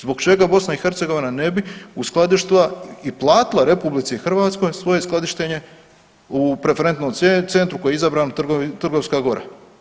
Zbog čega BiH ne bi, uskladištila i platila RH svoje skladištenje u preferentnom centru koji je izrabran Trgovska gora.